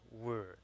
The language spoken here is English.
word